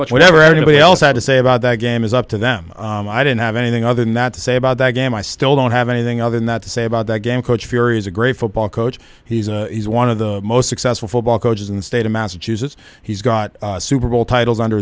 played whatever anybody else had to say about that game is up to them and i didn't have anything other than that to say about that game i still don't have anything other than that to say about that game coach here is a great football coach he's a he's one of the most successful football coaches in the state of massachusetts he's got a super bowl titles under